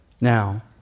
Now